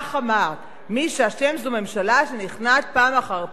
כך אמרת: מי שאשם זו הממשלה שנכנעת פעם אחר פעם.